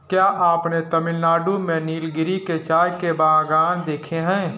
क्या आपने तमिलनाडु में नीलगिरी के चाय के बागान देखे हैं?